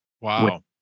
Wow